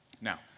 Now